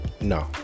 no